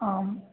आम्